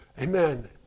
amen